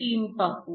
3 पाहू